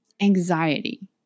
anxiety